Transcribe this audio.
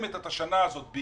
גם את האחראים לא רק על